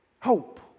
Hope